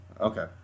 Okay